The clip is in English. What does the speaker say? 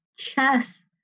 Chess